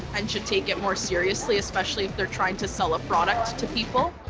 and should take it more seriously, especially if they're trying to sell a product to people.